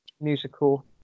musical